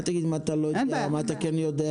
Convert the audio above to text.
אל תגיד: אם אתה לא יודע, מה אתה כן יודע.